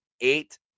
eight